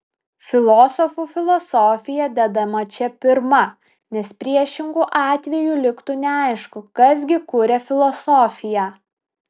filosofų filosofija dedama čia pirma nes priešingu atveju liktų neaišku kas gi kuria filosofiją